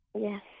Yes